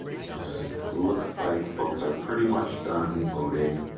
and looks like folks are pretty much done voting.